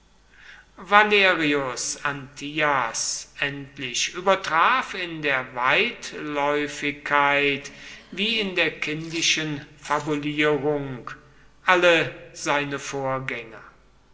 valerius antias endlich übertraf in der weitläufigkeit wie in der kindischen fabulierung alle seine vorgänger